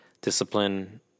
discipline